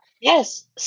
Yes